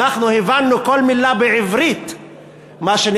אנחנו הבנו כל מילה בעברית שנאמרה,